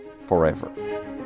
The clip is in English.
forever